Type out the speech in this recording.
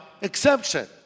exception